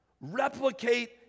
Replicate